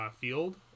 field